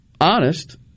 honest